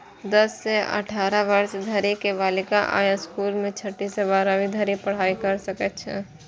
दस सं अठारह वर्ष धरि के बालिका अय स्कूल मे छठी सं बारहवीं धरि पढ़ाइ कैर सकै छै